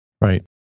Right